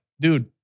dude